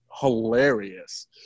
hilarious